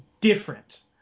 different